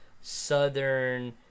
southern